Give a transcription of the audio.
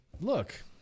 Look